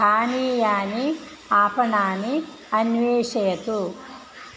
स्थानीयानि आपणानि अन्विषतु